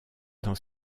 dans